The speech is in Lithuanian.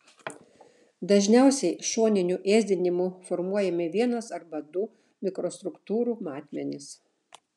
dažniausiai šoniniu ėsdinimu formuojami vienas arba du mikrostruktūrų matmenys